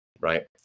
right